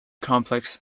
complex